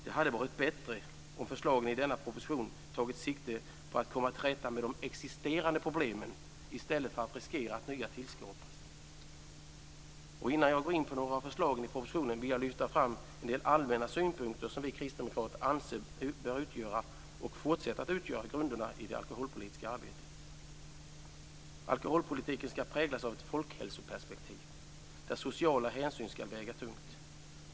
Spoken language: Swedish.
Det hade varit bättre om förslagen i denna proposition tagit sikte på att komma till rätta med de existerande problemen i stället för att man riskerar att nya tillskapas. Innan jag går in på några av förslagen i propositionen vill jag lyfta fram en del allmänna synpunkter som vi kristdemokrater anser bör utgöra och fortsätta att utgöra grunderna i det alkoholpolitiska arbetet. Alkoholpolitiken ska präglas av ett folkhälsoperspektiv där sociala hänsyn ska väga tungt.